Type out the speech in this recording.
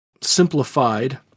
simplified